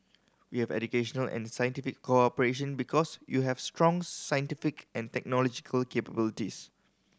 we have educational and scientific cooperation because you have strong scientific and technological capabilities